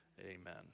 Amen